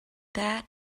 that